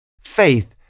Faith